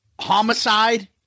Homicide